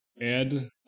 Ed